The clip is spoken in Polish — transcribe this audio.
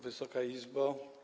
Wysoka Izbo!